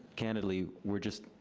candidly we're just,